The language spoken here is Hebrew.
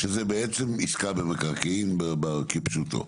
שזה בעצם עסקה במקרקעין, כפשוטו.